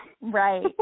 right